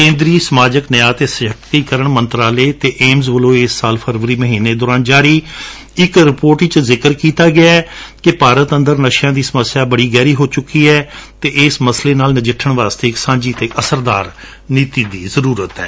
ਕੇਂਦਰੀ ਸਮਾਜਕ ਨਿਆਂ ਅਤੇ ਸਸਕਤੀਕਰਨ ਮੰਤਰਾਲੇ ਅਤੇ ਏਮਜ਼ ਵਲੋਂ ਇਸ ਸਾਲ ਫਰਵਰੀ ਮਹੀਨੇ ਦੌਰਾਨ ਜਾਰੀ ਰਿਪੋਰਟ ਵਿਚ ਜ਼ਿਕਰ ਕੀਤਾ ਗਿਐ ਕਿ ਭਾਰਤ ਅੰਦਰ ਨਸ਼ਿਆਂ ਦੀ ਸਮਸਿਆ ਬੜੀ ਗਹਿਰੀ ਹੋ ਚੁੱਕੀ ਏ ਅਤੇ ਇਸ ਮਸਲੇ ਨਾਲ ਨਜਿੱਠਣ ਲਈ ਇਕ ਸਾਂਝੀ ਅਤੇ ਅਸਰਦਾਰ ਨੀਤੀ ਦੀ ਜ਼ਰੁਰਤ ਏ